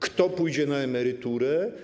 Kto pójdzie na emeryturę?